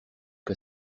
que